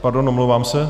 Pardon, omlouvám se.